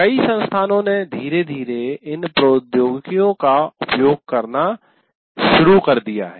कई संस्थानों ने धीरे धीरे इन प्रौद्योगिकियों का उपयोग करना शुरू कर दिया है